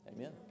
Amen